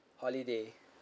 holiday